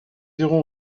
irons